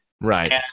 Right